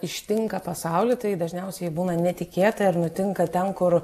ištinka pasaulį tai dažniausiai būna netikėta ir nutinka ten kur